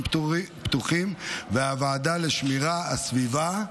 פתוחים והוועדה לשמירת הסביבה החופית,